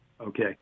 Okay